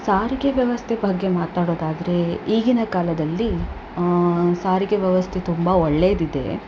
ಸಾರಿಗೆ ವ್ಯವಸ್ಥೆ ಬಗ್ಗೆ ಮಾತಾಡೋದಾದ್ರೆ ಈಗಿನ ಕಾಲದಲ್ಲಿ ಸಾರಿಗೆ ವ್ಯವಸ್ಥೆ ತುಂಬಾ ಒಳ್ಳೆದಿದೆ